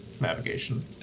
navigation